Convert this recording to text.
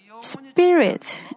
Spirit